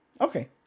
Okay